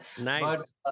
Nice